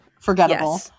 Forgettable